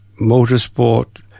motorsport